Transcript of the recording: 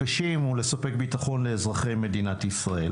ולספק ביטחון לאזרחי מדינת ישראל.